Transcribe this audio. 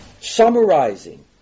Summarizing